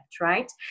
right